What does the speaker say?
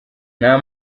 nta